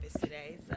today